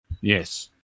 Yes